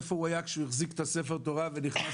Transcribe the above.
איפה הוא היה כשהוא החזיק את ספר התורה ונכנס